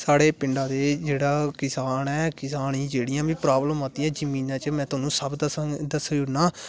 साढ़े पिंडा दे जेहड़ा किसान ऐ किसान गी जेहड़ियां बी प्राव्लमां आंदी ना जमीना च में तुहानू सब दस्सी ओड़ना